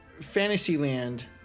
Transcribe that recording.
Fantasyland